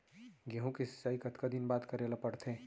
गेहूँ के सिंचाई कतका दिन बाद करे ला पड़थे?